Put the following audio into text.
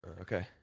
Okay